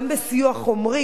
גם בסיוע חומרי,